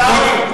עיסאווי.